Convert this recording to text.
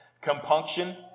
compunction